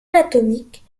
anatomiques